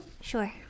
Sure